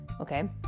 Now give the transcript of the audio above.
okay